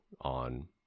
on